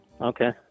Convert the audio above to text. Okay